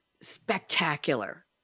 spectacular